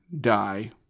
die